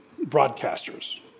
broadcasters